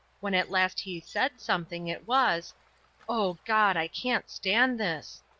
when at last he said something it was o god! i can't stand this!